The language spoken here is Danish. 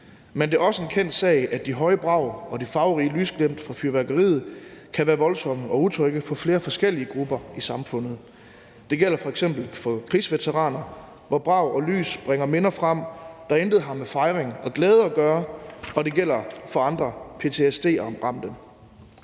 Men det er også en kendt sag, at de høje brag og de farverige lysglimt fra fyrværkeriet kan være voldsomme og utrygge for flere forskellige grupper i samfundet. Det gælder f.eks. for krigsveteraner, hvor brag og lys bringer minder frem, der intet har med fejring og glæde at gøre. Det gælder også for andre ptsd-ramte.